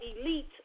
elite